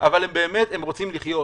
אבל הם באמת רוצים לחיות.